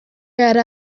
yari